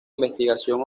investigación